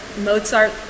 Mozart